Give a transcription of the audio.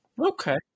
okay